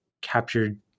captured